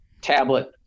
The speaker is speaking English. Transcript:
tablet